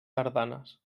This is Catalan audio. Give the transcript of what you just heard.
tardanes